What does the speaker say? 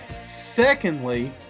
Secondly